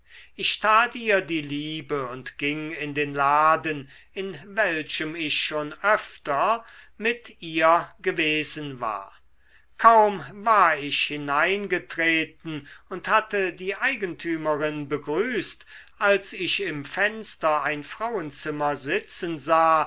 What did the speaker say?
ich tat ihr die liebe und ging in den laden in welchem ich schon öfter mit ihr gewesen war kaum war ich hineingetreten und hatte die eigentümerin begrüßt als ich im fenster ein frauenzimmer sitzen sah